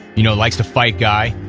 you know likes to fight guy.